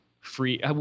free